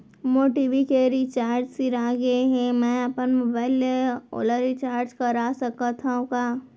मोर TV के recharge सिरा गे हे, मैं अपन मोबाइल ले ओला रिचार्ज करा सकथव का?